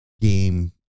game